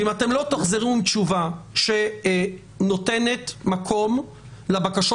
אם לא תחזרו אם תשובה שנותנת מקום לבקשות